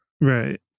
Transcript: Right